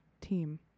team